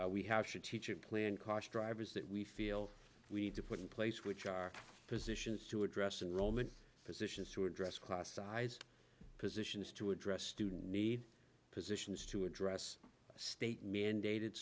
d we have to teach a plan cost drivers that we feel we need to put in place which are physicians to address and roman physicians to address class size physicians to address student need positions to address state mandated